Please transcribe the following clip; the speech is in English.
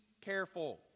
careful